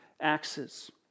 axes